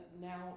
now